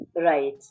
Right